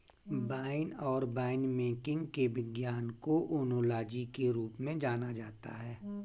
wine और winemaking के विज्ञान को ओनोलॉजी के रूप में जाना जाता है